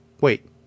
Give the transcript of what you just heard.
Wait